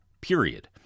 period